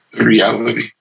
reality